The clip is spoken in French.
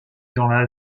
dans